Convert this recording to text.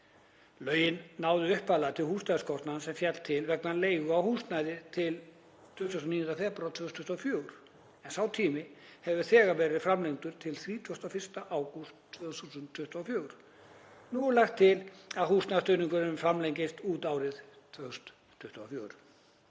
Lögin náðu upphaflega til húsnæðiskostnaðar sem féll til vegna leigu á húsnæði til 29. febrúar 2024 en sá tími hefur þegar verið framlengdur til 31. ágúst 2024. Nú er lagt til að húsnæðisstuðningurinn framlengist út árið 2024.